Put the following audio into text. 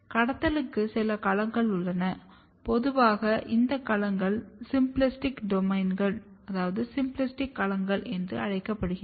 கடத்தலுக்கு சில களங்கள் உள்ளன பொதுவாக இந்த களங்கள் சிம்பிளாஸ்டிக் களங்கள் என்று அழைக்கப்படுகின்றன